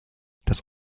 das